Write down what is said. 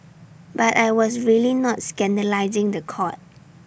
but I was really not scandalising The Court